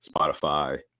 Spotify